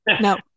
No